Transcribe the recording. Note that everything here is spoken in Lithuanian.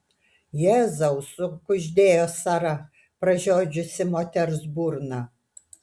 jėzau sukuždėjo sara pražiodžiusi moters burną